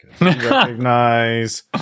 Recognize